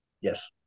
yes